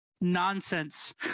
nonsense